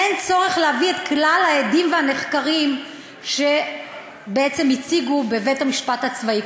אין צורך להביא את כלל העדים והנחקרים שבעצם הציגו בבית-המשפט הצבאי,